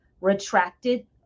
retracted